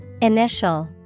Initial